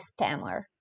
spammer